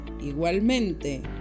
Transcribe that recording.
igualmente